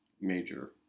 major